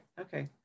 Okay